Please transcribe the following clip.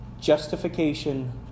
justification